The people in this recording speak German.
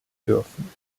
dürfen